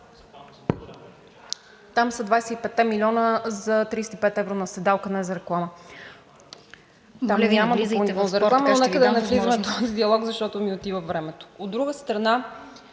Там са 25-те милиона за 35 евро на седалка, а не за реклама…